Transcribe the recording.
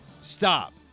Stop